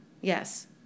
yes